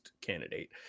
candidate